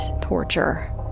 torture